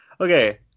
Okay